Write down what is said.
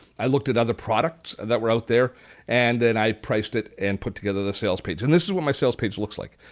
i looked at other products that were out there and then i priced it and put together the sales pages. and this is what my sales page looks like.